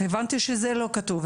הבנתי שזה לא כתוב,